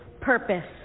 purpose